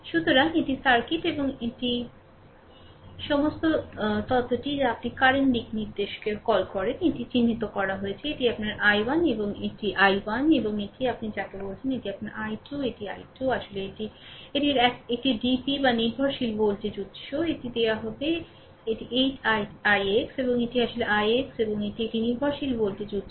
সুতরাং এটি সার্কিট এবং সমস্ত তত্ত্বটি যা আপনি কারেন্ট দিকনির্দেশকে কল করেন এটি চিহ্নিত করা হয়েছে এটি আপনার I1 এটি I1 এবং এটিই আপনি যাকে বলছেন এটি আপনার I2 এটি I2 আসলে এটি এটির এর একটি ডিপি বা নির্ভরশীল ভোল্টেজ উত্স এটি দেওয়া হয় এটি 8 ix এবং এটি আসলে ix এবং এটি একটি নির্ভরশীল ভোল্টেজ উত্স